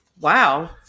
Wow